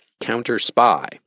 counter-spy